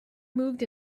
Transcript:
moved